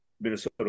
Minnesota